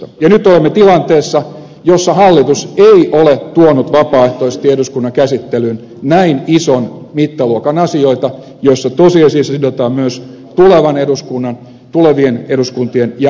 ja nyt olemme tilanteessa jossa hallitus ei ole tuonut vapaaehtoisesti eduskunnan käsittelyyn näin ison mittaluokan asioita joissa tosiasiassa sidotaan myös tulevan eduskunnan tulevien eduskuntien ja hallituksien käsiä